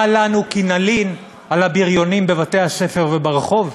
מה לנו כי נלין על הבריונים בבתי-הספר וברחוב?